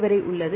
வரைஉள்ளது